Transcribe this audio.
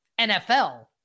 NFL